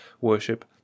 worship